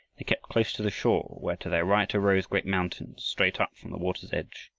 they kept close to the shore, where to their right arose great mountains straight up from the water's edge.